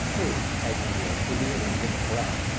who, as usual, immediately begin to collect.